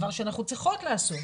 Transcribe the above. זה דבר שאנחנו צריכות לעשות,